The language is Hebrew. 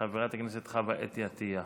וחברת הכנסת חוה אתי עטייה.